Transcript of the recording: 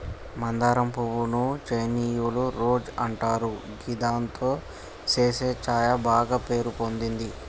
మందారం పువ్వు ను చైనీయుల రోజ్ అంటారు గిదాంతో చేసే ఛాయ బాగ పేరు పొందింది